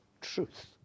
truth